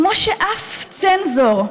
כמו שאף צנזור,